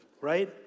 right